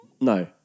no